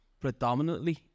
predominantly